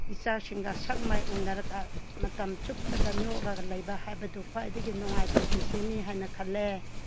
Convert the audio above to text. ꯏꯆꯥꯁꯤꯡꯒ ꯁꯛ ꯃꯥꯏ ꯎꯅꯔꯒ ꯃꯇꯝ ꯆꯨꯞꯄꯗ ꯅꯣꯛꯑꯒ ꯂꯩꯕ ꯍꯥꯏꯕꯗꯨ ꯈ꯭ꯋꯥꯏꯗꯒꯤ ꯅꯨꯡꯉꯥꯏꯕ ꯄꯨꯟꯁꯤꯅꯤ ꯍꯥꯏꯅ ꯈꯜꯂꯦ